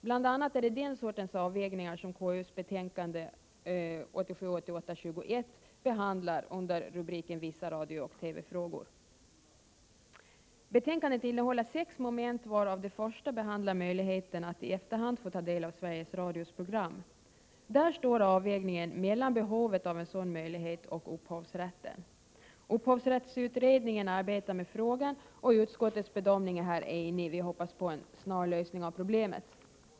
Bl.a. är det den sortens avvägningar KU:s betänkande 1987/88:21 behandlar under rubriken Vissa TV och radiofrågor. Betänkandet innehåller sex moment, varav det första behandlar möjlighet att i efterhand ta del av Sveriges Radios program. Där står avvägningen mellan behovet av en sådan möjlighet och upphovsrätten. Upphovsrättsutredningen arbetar med frågan och utskottets bedömning är där enig: vi hoppas på en snar lösning av problemet.